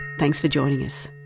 thanks for joining us